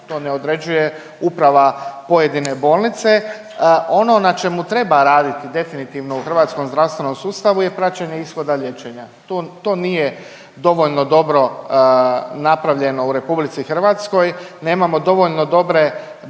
to ne određuje uprava pojedine bolnice. Ono na čemu treba raditi definitivno u hrvatskom zdravstvenom sustavu je praćenje ishoda liječenja, to nije dovoljno dobro napravljeno u RH, nemamo dovoljno dobre baze